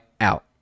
Out